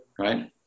right